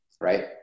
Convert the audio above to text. right